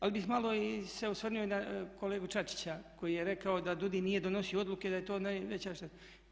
Ali bih malo se osvrnuo i na kolegu Čačića koji je rekao da DUDI nije donosio odluke, da je to najveća šteta.